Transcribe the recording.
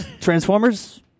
Transformers